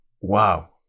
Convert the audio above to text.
wow